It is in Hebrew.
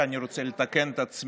אני רוצה לתקן את עצמי